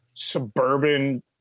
suburban